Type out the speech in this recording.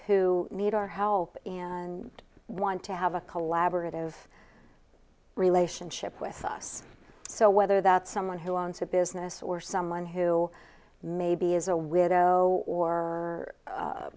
who need our help and want to have a collaborative relationship with us so whether that someone who owns a business or someone who maybe is a widow or